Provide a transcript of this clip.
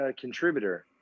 contributor